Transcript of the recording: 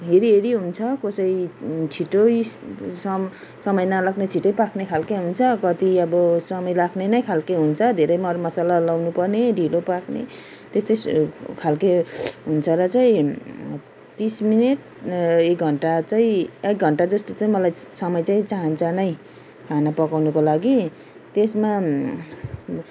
हेरिहेरि हुन्छ कसै छिटै समय समय नलाग्ने छुटै पाक्ने खालकै हुन्छ कति अब समय लाग्ने नै खालकै हुन्छ धेरै मरमसला लाउनुपर्ने ढिलो पाक्ने त्यस्तै खालकै हुन्छ र चाहिँ तिस मिनेट एक घन्टा चाहिँ एक घन्टा जस्तो मलाई समय चाहिँ चाहिन्छ नै खाना पकाउनुको लागि त्यसमा